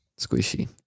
squishy